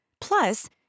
Plus